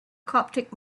coptic